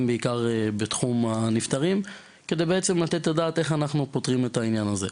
בעיקר בתחום הנפטרים כדי לתת את הדעת איך אנחנו פותרים את העניין הזה.